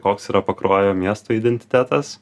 koks yra pakruojo miesto identitetas